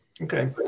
Okay